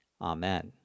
Amen